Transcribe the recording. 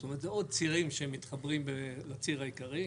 זאת אומרת זה עוד צירים שמתחברים לציר העיקרי,